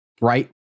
right